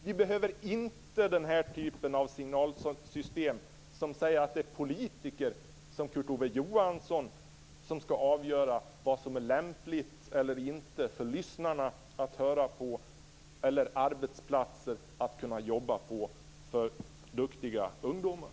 Vi behöver inte den typen av signalsystem som säger att det är politiker som Kurt Ove Johansson som skall avgöra vad som är lämpligt eller inte för lyssnarna att höra på eller vilka arbetsplatser som duktiga ungdomar skall kunna jobba på.